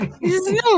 no